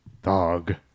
Dog